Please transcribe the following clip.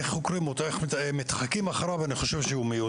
איך חוקרים אותו ואיך מתחקים אחריו הוא מיותר.